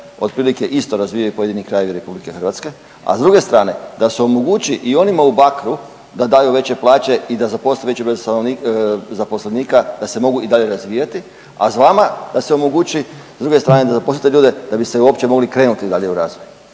otprilike isto razvijaju pojedini krajevi RH, a s druge strane da se omogući i onima u Bakru da daju veće plaće i da zaposle veći broj zaposlenika da se mogu i dalje razvijati, a vama da se omogući s druge strane da zaposlite ljude da bi se uopće mogli krenuti dalje u rast.